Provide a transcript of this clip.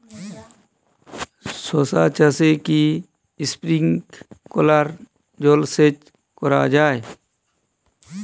শশা চাষে কি স্প্রিঙ্কলার জলসেচ করা যায়?